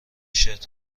شرت